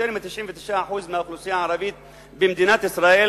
יותר מ-99% מהאוכלוסייה הערבית במדינת ישראל